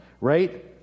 right